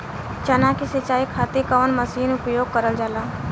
चना के सिंचाई खाती कवन मसीन उपयोग करल जाला?